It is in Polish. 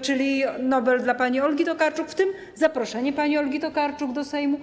czyli Nobla dla pani Olgi Tokarczuk, w tym zaproszenie pani Olgi Tokarczuk do Sejmu.